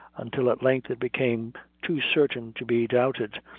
until at length it became too certain to be doubted,